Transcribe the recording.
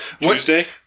Tuesday